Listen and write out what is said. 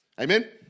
Amen